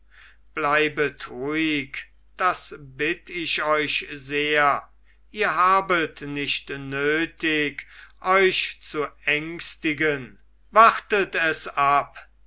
bleibet ruhig das bitt ich euch sehr ihr habet nicht nötig euch zu ängstigen wartet es ab